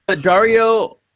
Dario